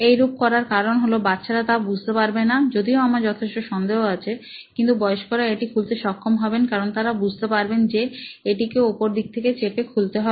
এইরূপ করার কারণ হলো বাচ্চারা তা বুঝতে পারবে না যদিও আমার যথেষ্ট সন্দেহ আছে কিন্তু বয়স্করা এটি খুলতে সক্ষম হবেন কারণ তারা বুঝতে পারবেন যে এটাকে উপর দিক থেকে চেপে খুলতে হবে